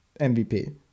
MVP